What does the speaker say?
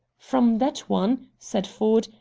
from that one, said ford,